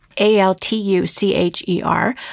A-L-T-U-C-H-E-R